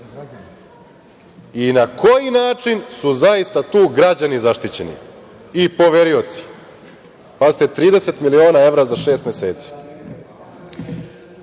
i na koji način su zaista tu građani zaštićeni i poverioci? Pazite, 30 miliona evra za šest